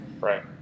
Right